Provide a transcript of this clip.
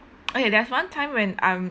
okay there's one time when I'm